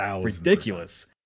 ridiculous